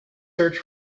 search